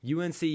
UNC